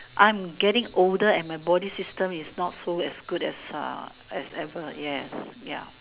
I'm getting older and my body system is not so as good as as ever ya ya